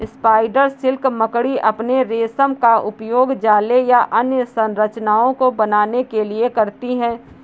spider silk मकड़ी अपने रेशम का उपयोग जाले या अन्य संरचनाओं को बनाने के लिए करती हैं